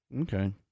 Okay